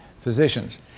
physicians